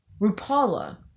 Rupala